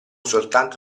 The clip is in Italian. soltanto